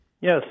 Yes